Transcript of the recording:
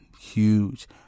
huge